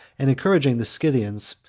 and encouraging the scythians,